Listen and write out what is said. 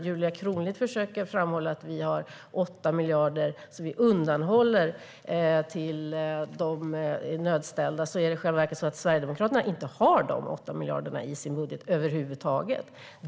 Julia Kronlid försöker framhålla att Sverigedemokraterna har 8 miljarder som man undanhåller för att de ska gå till nödställda. I själva verket har inte Sverigedemokraterna de 8 miljarderna i sin budget över huvud taget.